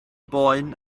boen